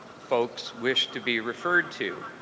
folks wish to be referred to.